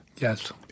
Yes